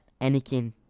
Anakin